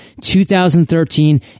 2013